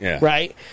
right